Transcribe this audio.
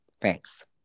Thanks